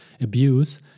abuse